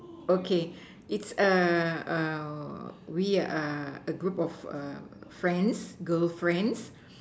okay it's we are a group of a friends girlfriends